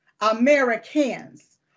Americans